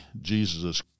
Jesus